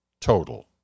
total